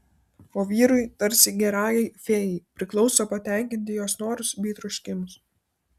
o vyrui tarsi gerajai fėjai priklauso patenkinti jos norus bei troškimus